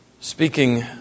Speaking